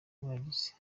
bagize